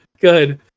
good